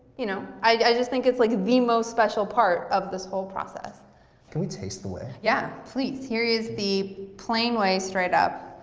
you know i just think it's like the most special part of this whole process can we taste the whey? yes, yeah please. here's the plain whey, straight up